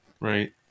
right